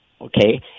okay